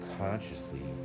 consciously